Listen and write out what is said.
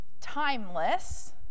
timeless